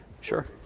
Sure